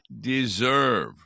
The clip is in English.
deserve